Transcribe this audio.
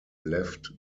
left